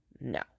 no